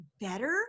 better